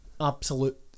absolute